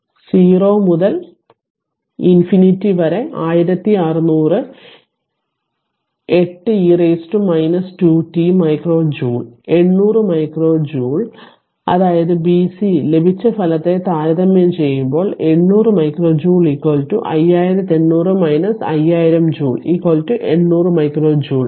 0 മുതൽ ഇനിഫിനിറ്റി വരെ 1600 8e 2 t micro joule 800 micro joule അതായത് bc ലഭിച്ച ഫലത്തെ താരതമ്യം ചെയ്യുമ്പോൾ 800 micro joule 5800 5000 joule 800 micro joule